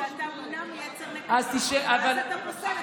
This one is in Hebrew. שאתה מונע מיצר נקמה ואז אתה פוסל את,